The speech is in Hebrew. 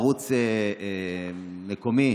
ערוץ מקומי